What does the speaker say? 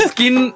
Skin